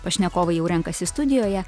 pašnekovai jau renkasi studijoje